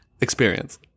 experience